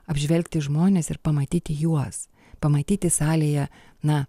apžvelgti žmones ir pamatyti juos pamatyti salėje na